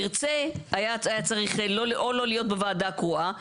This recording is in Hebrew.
ירצה, היה צריך או לא להיות בוועדה הקרואה.